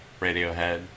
Radiohead